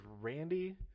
Randy